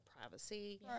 privacy